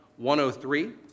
103